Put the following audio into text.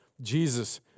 Jesus